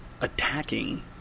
attacking